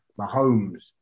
Mahomes